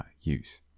use